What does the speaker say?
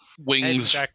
Wings